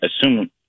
assume